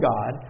God